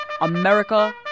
America